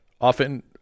often